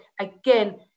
again